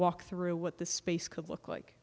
walk through what the space could look like